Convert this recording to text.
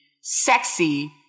sexy